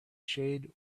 shade